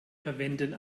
verwenden